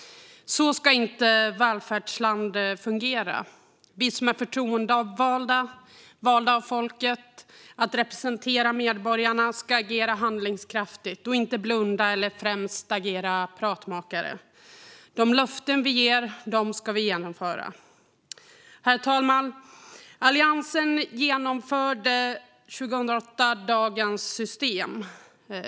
Så ska inte ett välfärdsland fungera. Vi som är förtroendevalda, valda av folket att representera medborgarna, ska agera handlingskraftigt och inte blunda eller främst agera pratmakare. De löften vi ger ska vi genomföra. Herr talman! Alliansen genomförde 2008 dagens system.